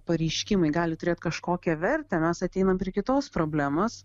pareiškimai gali turėt kažkokią vertę mes ateinam prie kitos problemos